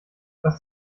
was